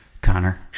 Connor